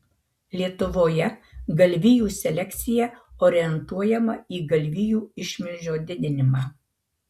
lietuvoje galvijų selekcija orientuojama į galvijų išmilžio didinimą